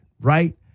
right